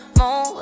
more